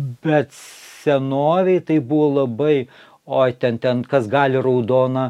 bet senovėj tai buvo labai o ten ten kas gali raudoną